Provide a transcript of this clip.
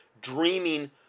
dreaming